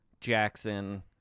jackson